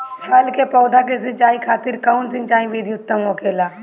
फल के पौधो के सिंचाई खातिर कउन सिंचाई विधि उत्तम होखेला?